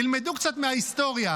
תלמדו קצת מההיסטוריה,